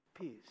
Peace